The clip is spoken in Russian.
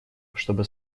чтобы